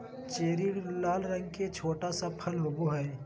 cherry लाल रंग के छोटा सा फल होबो हइ